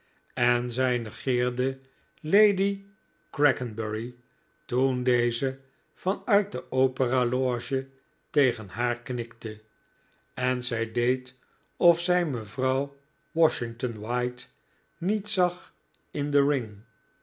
en zij negeerde lady crackenbury toen deze van uit de opera loge tegen haar knikte en zij deed of zij mevrouw washington white niet zag in the ring